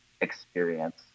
experience